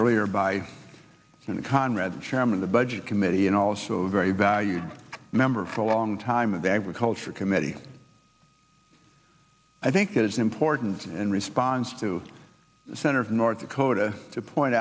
earlier by the conrad chairman the budget committee and also very valued member for a long time of the agriculture committee i think it is important in response to the center of north dakota to point